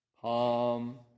Palm